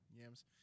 yams